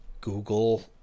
Google